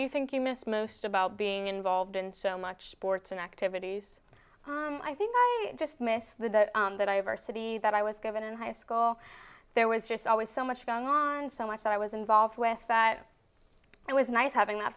do you think you miss most about being involved in so much ports and activities i think i just miss the day that i have our city that i was given in high school there was just always so much going on and so much i was involved with that it was nice having that